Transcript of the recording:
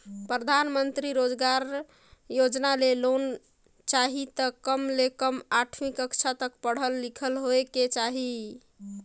परधानमंतरी रोजगार योजना ले लोन चाही त कम ले कम आठवीं कक्छा तक पढ़ल लिखल होएक चाही